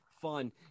fun